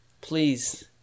Please